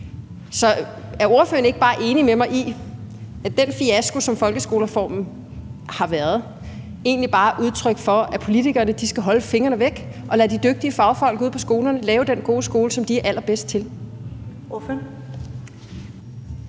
Er ordføreren ikke bare enig med mig i, at den fiasko, som folkeskolereformen har været, egentlig bare er udtryk for, at politikerne skal holde fingrene væk og lade de dygtige fagfolk ude på skolerne lave den gode skole, som de er allerbedst til? Kl.